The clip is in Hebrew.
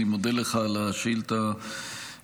אני מודה לך על השאילתה בנושא,